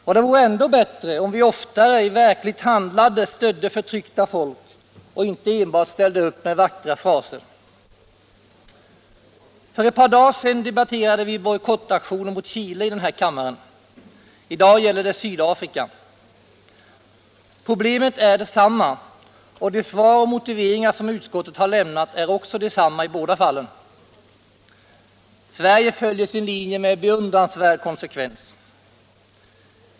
Och det vore ändå bättre om vi oftare i verkligt handlande stödde förtryckta folk och inte enbart ställde upp med vackra fraser. För ett par dagar sedan debatterade vi bojkottaktioner mot Chile i den här kammaren. I dag gäller det Sydafrika. Problemet är detsamma, och de svar och motiveringar som utskottet har lämnat är också desamma i båda fallen. Sverige följer sin linje med beundransvärd konsekvens!